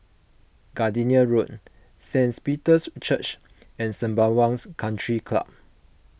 Gardenia Road Saint Peter's Church and Sembawang Country Club